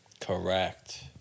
Correct